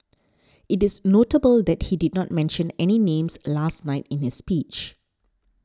it is notable that he did not mention any names last night in his speech